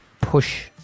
push